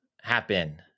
happen